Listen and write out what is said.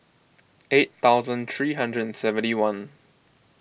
eight thousand three hundred and seventy one